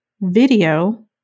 video